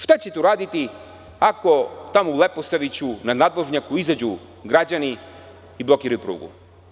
Šta ćete uraditi ako tamo u Leposaviću na nadvožnjaku izađu građani i blokiraju prugu?